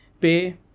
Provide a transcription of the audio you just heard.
pay